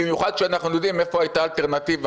במיוחד שאנחנו יודעים איפה הייתה האלטרנטיבה,